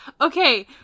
Okay